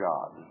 God